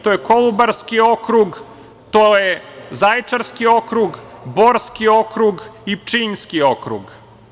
To je Kolubarski okrug, to je Zaječarski okrug, Borski okrug i Pčinjski okrug.